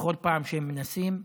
בכל פעם שהם מנסים,